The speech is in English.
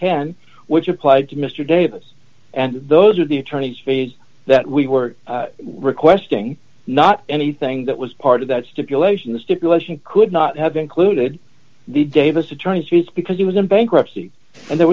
ten which applied to mr davis and those are the attorney's fees that we were requesting not anything that was part of that stipulation the stipulation could not have included the davis attorney's fees because he was in bankruptcy and there